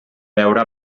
veure